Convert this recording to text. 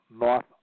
North